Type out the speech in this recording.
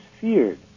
feared